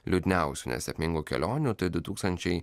liūdniausių nesėkmingų kelionių tai du tūkstančiai